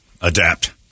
adapt